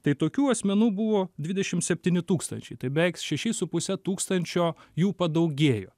tai tokių asmenų buvo dvidešim septyni tūkstančiai tai beveik šeši su puse tūkstančio jų padaugėjo